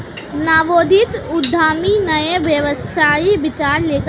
नवोदित उद्यमी नए व्यावसायिक विचार लेकर आते हैं